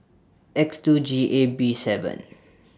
X two G A B seven